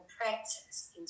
practice